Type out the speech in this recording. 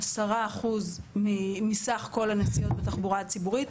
10% מסך כל הנסיעות בתחבורה הציבורית,